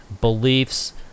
beliefs